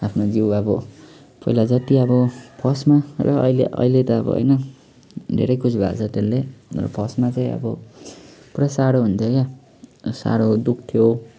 आफ्नो जिउ अब पहिला जति अब फर्स्टमा र अहिले अहिले त अब होइन धेरै कुछ भएको छ त्यसले र फर्स्टमा चाहिँ अब पुरै साह्रो हुन्थ्यो क्या साह्रो दुख्थ्यो